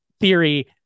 theory